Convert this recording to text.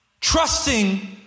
trusting